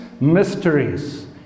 mysteries